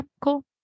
cool